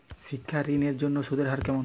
শিক্ষা ঋণ এর জন্য সুদের হার কেমন?